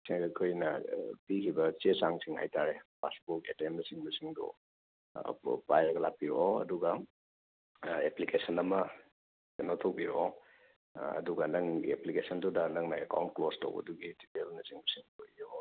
ꯁꯦ ꯑꯩꯈꯣꯏꯅ ꯄꯤꯈꯤꯕ ꯆꯦ ꯆꯥꯡꯁꯤꯡ ꯍꯥꯏꯇꯥꯔꯦ ꯄꯥꯁꯕꯨꯛ ꯑꯦ ꯇꯤ ꯑꯦꯝꯅ ꯆꯤꯡꯕꯁꯤꯡꯗꯨ ꯄꯥꯏꯔꯒ ꯂꯥꯛꯄꯤꯔꯛꯑꯣ ꯑꯗꯨꯒ ꯑꯦꯄ꯭ꯂꯤꯀꯦꯁꯟ ꯑꯃ ꯀꯩꯅꯣ ꯇꯧꯕꯤꯔꯛꯑꯣ ꯑꯗꯨꯒ ꯅꯪꯒꯤ ꯑꯦꯄ꯭ꯂꯤꯀꯦꯁꯟꯗꯨꯗ ꯅꯪꯅ ꯑꯦꯀꯥꯎꯟ ꯀ꯭ꯂꯣꯖ ꯇꯧꯕꯒꯤ ꯗꯤꯇꯦꯜꯅ ꯆꯤꯡꯕꯁꯤꯡꯗꯨ ꯏꯔꯛꯑꯣ ꯑꯗꯨꯗꯨꯒ